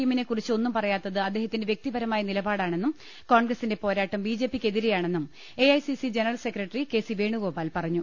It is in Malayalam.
എമ്മിനെ കുറിച്ച് ഒന്നും പറയാത്തത് അദ്ദേഹത്തിന്റെ വ്യക്തിപരമായ നിലപാടാണെന്നും കോൺഗ്രസിന്റെ പോരാട്ടം ബി ജെ പിക്കെതി രെയാണെന്നും A I C C general secretary K C Venugopal പറഞ്ഞു